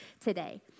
today